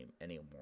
anymore